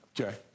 Okay